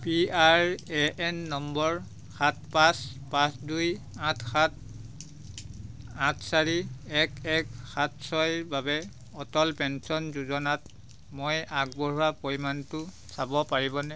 P R A N number সাত পাঁচ পাঁচ দুই আঠ সাত আঠ চাৰি এক এক সাত ছয়ৰ বাবে অটল পেঞ্চন যোজনাত মই আগবঢ়োৱা পৰিমাণটো চাব পাৰিবনে